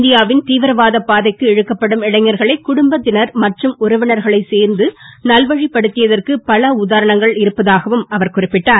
இந்தியாவின் தீவிரவாத பாதைக்கு இழுக்கப்படும் இளைஞர்களை குடும்பத்தினர் சேர்ந்து உறவினர்கள் நல்வழிபடுத்தியதற்கு பல உதாரணங்கள் மற்றும் இருப்பதாகவும் அவர் குறிப்பிட்டார்